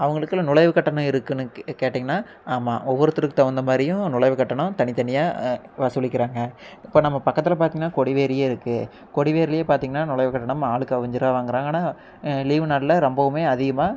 அவங்களுக்குலாம் நுழைவுக் கட்டணம் இருக்குன்னு கேட்டிங்கன்னா ஆமாம் ஒவ்வொருத்தருக்கு தகுந்த மாதிரியும் நுழைவுக் கட்டணம் தனி தனியாக வசூலிக்கிறாங்க இப்போ நம்ம பக்கத்தில் பார்த்திங்கன்னா கொடிவேரியும் இருக்கு கொடிவேரியிலயே பார்த்திங்கன்னா நுழைவுக் கட்டணம் ஆளுக்கு அஞ்சுரூவா வாங்குறாங்க ஆனால் லீவு நாளில் ரொம்பவுமே அதிகமாக